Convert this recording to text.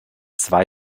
zwei